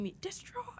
destroy